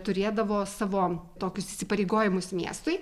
turėdavo savo tokius įsipareigojimus miestui